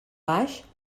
baix